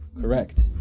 Correct